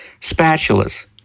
spatulas